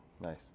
Nice